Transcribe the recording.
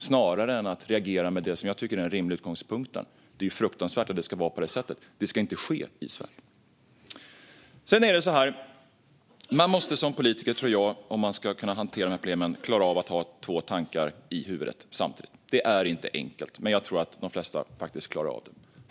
snarare än att reagera med det som jag tycker är den rimliga utgångspunkten, nämligen att det är fruktansvärt att det ska vara på detta sätt och att det inte ska ske i Sverige. Sedan är det så här: Om man som politiker ska kunna hantera dessa problem måste man, tror jag, klara av att ha två tankar i huvudet samtidigt. Det är inte enkelt, men jag tror att de flesta faktiskt klarar av det.